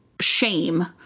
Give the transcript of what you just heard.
shame